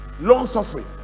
long-suffering